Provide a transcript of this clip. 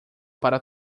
para